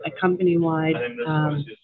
company-wide